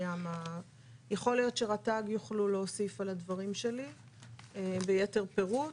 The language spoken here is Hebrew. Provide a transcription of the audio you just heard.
יכול להיות שרט"ג יוכלו להוסיף על הדברים שלי ביתר פירוט.